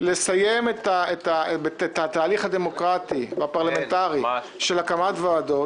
לסיים את התהליך הדמוקרטי והפרלמנטרי של הקמת ועדות -- כן,